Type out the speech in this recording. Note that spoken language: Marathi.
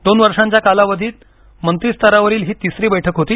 दोन वर्षांच्या कालावधीत मंत्रीस्तरावरील ही तिसरी बैठक होती